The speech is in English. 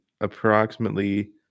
approximately